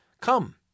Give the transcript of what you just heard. Come